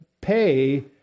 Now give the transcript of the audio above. pay